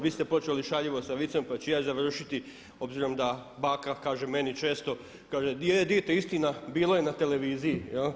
Vi ste počeli šaljivo sa vicem pa ću i ja završiti obzirom da baka kaže meni često, kaže je dite istina je bilo je na televiziji.